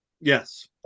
yes